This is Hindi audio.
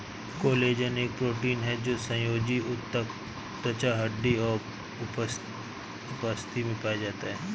कोलेजन एक प्रोटीन है जो संयोजी ऊतक, त्वचा, हड्डी और उपास्थि में पाया जाता है